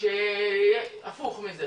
שהפוך מזה.